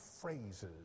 phrases